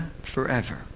forever